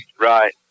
Right